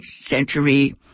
century